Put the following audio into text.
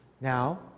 now